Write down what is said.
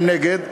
הם נגד,